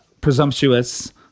presumptuous